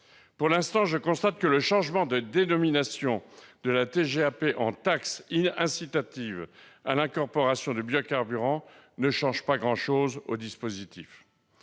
Pour l'instant, je constate que la modification de dénomination de la TGAP en « taxe incitative à l'incorporation de biocarburants » ne change pas grand-chose au dispositif.